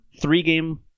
three-game